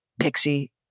Pixie